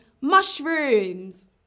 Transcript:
mushrooms